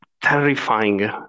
terrifying